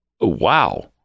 Wow